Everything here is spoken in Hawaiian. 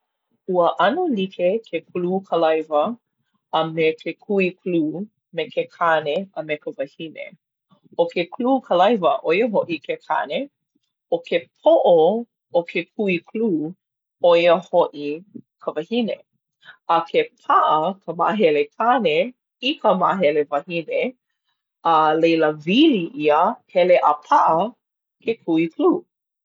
Ua ʻano like ke kolūkalaiwa a me ke kui kolū, me ke kāne a me ka wahine. ʻO ke kolūkalaiwa ʻo ia hoʻi ke kāne. ʻO ke poʻo o ke kui kolū ʻo ia hoʻi ka wahine. A ke paʻa ka māhele kāne i ka māhele wahine, a leila wili ʻia, hele a paʻa ke kui kolū.